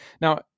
Now